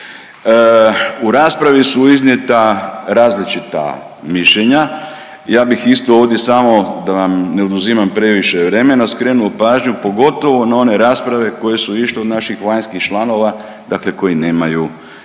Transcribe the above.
U raspravi su iznijeta različita mišljenja. Ja bih isto ovdje samo, da vam ne oduzimam previše vremena, skrenuo pažnju pogotovo na one rasprave koje su išle od naših vanjskih članova, dakle koji nemaju između